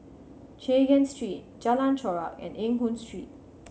Chay Yan Street Jalan Chorak and Eng Hoon Street